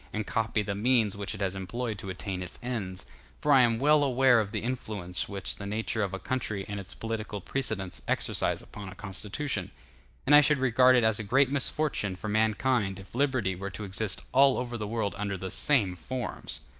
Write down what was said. and copy the means which it has employed to attain its ends for i am well aware of the influence which the nature of a country and its political precedents exercise upon a constitution and i should regard it as a great misfortune for mankind if liberty were to exist all over the world under the same forms.